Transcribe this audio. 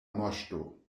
moŝto